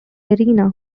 arena